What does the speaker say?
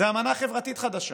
זה אמנה חברתית חדשה,